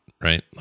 right